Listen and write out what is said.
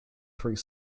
three